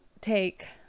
take